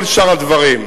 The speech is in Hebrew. כל שאר הדברים,